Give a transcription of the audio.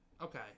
Okay